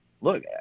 look